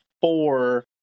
four